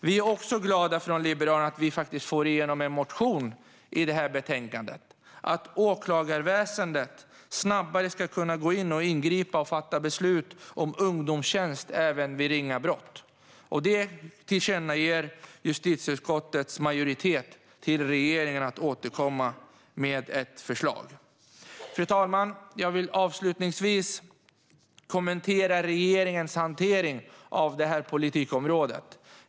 Vi i Liberalerna är glada att vi får igenom en motion i det här betänkandet: att åklagarväsendet snabbare ska kunna ingripa och fatta beslut om ungdomstjänst även vid ringa brott. Justitieutskottets majoritet föreslår ett tillkännagivande om att regeringen bör återkomma med ett förslag om detta. Fru talman! Jag vill avslutningsvis kommentera regeringens hantering av detta politikområde.